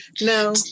No